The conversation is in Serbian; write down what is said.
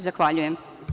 Zahvaljujem.